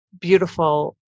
beautiful